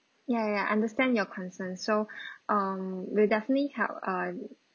ya ya understand your concern so um will definitely help uh